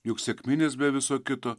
juk sekminės be viso kito